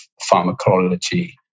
pharmacology